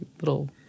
little